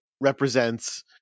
represents